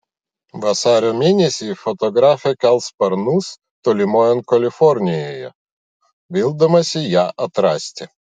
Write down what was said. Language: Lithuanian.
vasario mėnesį fotografė kels sparnus tolimojon kalifornijoje vildamasi ją atrasti